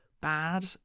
bad